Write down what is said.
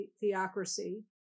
theocracy